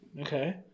okay